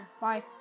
Bye